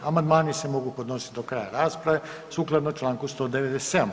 Amandmani se mogu podnositi do kraja rasprave sukladno čl. 197.